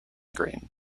green